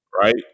Right